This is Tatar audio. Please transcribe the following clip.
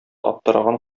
аптыраган